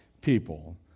people